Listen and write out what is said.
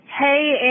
hey